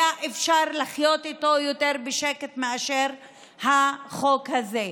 היה אפשר לחיות איתו יותר בשקט מאשר החוק הזה.